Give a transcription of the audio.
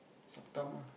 suck thumb ah